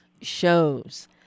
shows